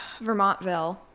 Vermontville